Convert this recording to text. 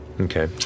Okay